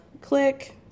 Click